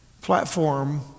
platform